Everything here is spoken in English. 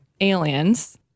aliens